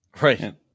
Right